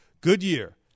Goodyear